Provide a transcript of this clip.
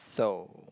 so